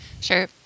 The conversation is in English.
sure